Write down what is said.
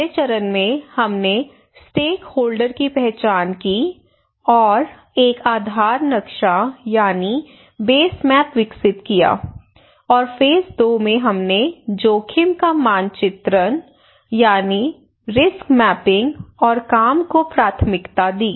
पहले चरण में हमने स्टेकहोल्डर की पहचान की और एक आधार - नक्शा बेस मैप विकसित किया और फेज दो में हमने जोखिम का मानचित्रण रिस्क मैपिंग और काम को प्राथमिकता दी